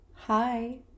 Hi